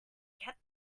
get